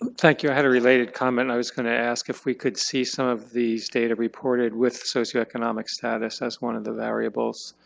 um thank you. i had a related comment and i was going to ask if we could see some of these data reported with socioeconomic status as one of the variables.